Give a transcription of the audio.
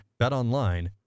BetOnline